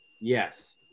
yes